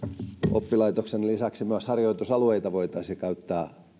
oppilaitoksen lisäksi myös harjoitusalueita voitaisiin käyttää